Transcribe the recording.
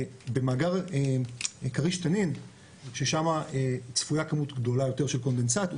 במאגר כריש/תנין ששם צפויה כמות גדולה יותר של קונדנסט הוא